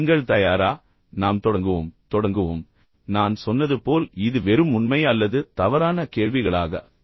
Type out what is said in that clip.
நீங்கள் தயாரா நாம் தொடங்குவோம் தொடங்குவோம் நான் சொன்னது போல் இது வெறும் உண்மை அல்லது தவறான கேள்விகளாக இருக்கும்